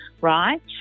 right